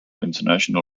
international